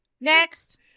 next